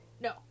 No